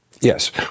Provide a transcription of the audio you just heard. Yes